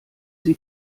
sie